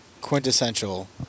quintessential